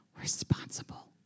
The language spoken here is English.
Responsible